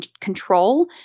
control